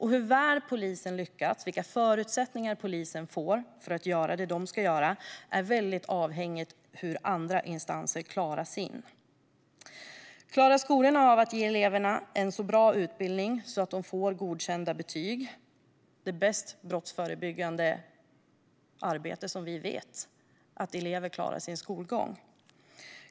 Hur väl polisen lyckas, vilka förutsättningar polisen får för att göra det man ska göra är avhängigt av hur andra instanser klarar sina uppgifter. Klarar skolorna av att ge eleverna en så bra utbildning så att de får godkända betyg? Det bästa brottsförebyggande arbete vi känner till är att elever klarar sin skolgång.